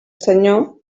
senyor